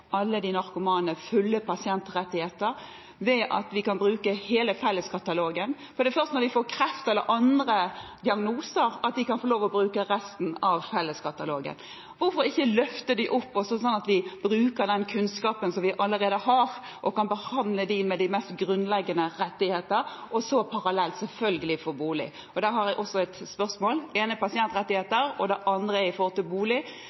alle de narkomane fulle pasientrettigheter ved at man kan bruke hele utvalget i Felleskatalogen? For det er først når de får kreft eller andre diagnoser at de kan få lov til det. Hvorfor ikke løfte dem og bruke den kunnskapen vi allerede har, og behandle dem med de mest grunnleggende rettigheter – og så parallelt selvfølgelig gi dem bolig? Det har jeg også et spørsmål om. Det ene gjelder pasientrettigheter, og det andre gjelder bolig.